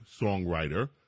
songwriter